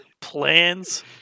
plans